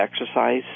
exercise